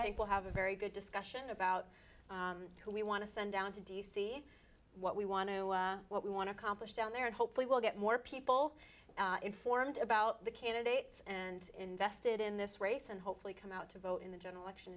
think we'll have a very good discussion about who we want to send down to d c what we want to what we want to accomplish down there and hopefully we'll get more people informed about the candidates and invested in this race and hopefully come out to vote in the general election